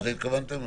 לזה התכוונתם?